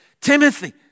Timothy